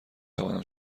توانم